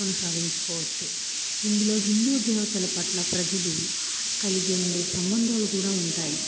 కొనసాగించుకోవచ్చు ఇందులో హిందూ దేవతల పట్ల ప్రజలు కలిగి ఉండే సంబంధాలు కూడా ఉంటాయి